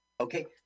okay